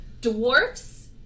dwarfs